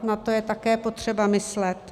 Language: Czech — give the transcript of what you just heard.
na to je také potřeba myslet.